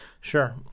Sure